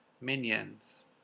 minions